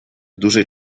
dużej